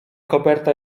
koperta